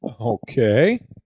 Okay